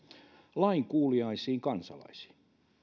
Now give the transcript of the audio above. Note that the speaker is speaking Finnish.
lainkuuliaisiin kansalaisiin